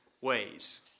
ways